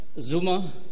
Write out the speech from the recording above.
Zuma